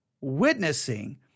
witnessing